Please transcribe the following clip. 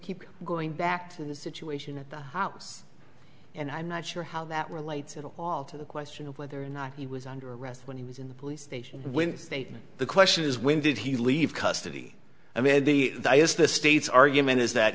keep going back to the situation at the house and i'm not sure how that relates to the question of whether or not he was under arrest when he was in the police station when the question is when did he leave custody i mean the guy is the state's argument is that